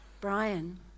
Brian